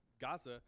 Gaza